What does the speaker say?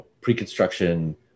pre-construction